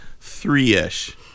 three-ish